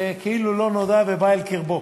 וכאילו לא נודע כי בא אל קרבה,